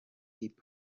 hip